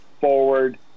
forward